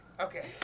Okay